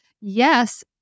Yes